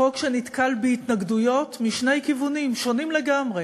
זהו חוק שנתקל בהתנגדויות משני כיוונים שונים לגמרי: